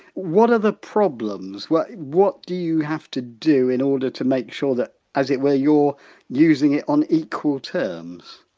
what are the problems? what what do you have to do in order to make sure that, as it were, that you're using it on equal terms?